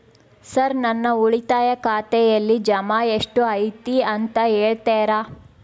Sir ನನ್ನ ಉಳಿತಾಯ ಖಾತೆಯಲ್ಲಿ ಜಮಾ ಎಷ್ಟು ಐತಿ ಅಂತ ಹೇಳ್ತೇರಾ?